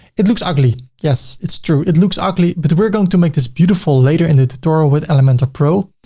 it looks ugly. yes, it's true. it looks ugly, but we're going to make this beautiful later in the tutorial with elementor pro.